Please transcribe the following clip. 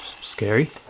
scary